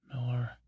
Miller